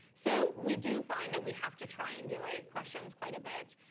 so we do find that we have to triangulate questions quite a bit.